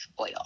oil